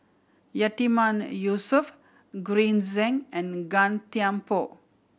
Yatiman Yusof Green Zeng and Gan Thiam Poh